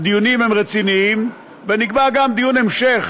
הדיונים הם רציניים, ונקבע גם דיון המשך,